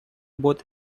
both